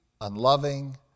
unloving